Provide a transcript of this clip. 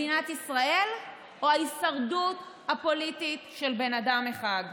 מדינת ישראל או ההישרדות הפוליטית של בן אדם אחד?